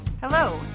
Hello